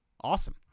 Awesome